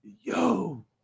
yo